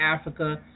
Africa